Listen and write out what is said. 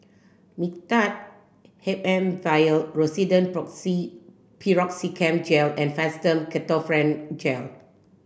Mixtard H M vial Rosiden Piroxicam Gel and Fastum Ketoprofen Gel